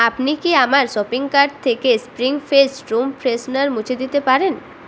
আপনি কি আমার শপিং কার্ট থেকে স্প্রিং ফেস্ট রুম ফ্রেশনার মুছে দিতে পারেন